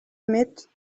met